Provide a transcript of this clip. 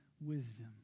wisdom